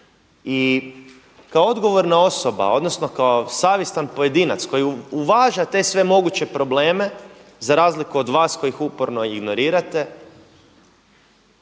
i kao odgovorna osoba odnosno kao savjestan pojedinac koji uvaža te sve moguće probleme za razliku od vas koji ih uporno ignorirate